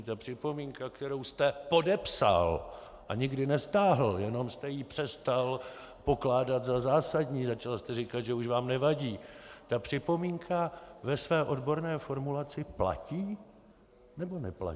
Ta připomínka, kterou jste podepsal a nikdy nestáhl, jenom jste ji přestal pokládat za zásadní, začal jste říkat, že už vám nevadí, ta připomínka ve své odborné formulaci platí, nebo neplatí?